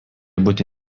būti